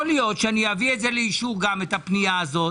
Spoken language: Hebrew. יכול להיות שאביא את הפנייה הזאת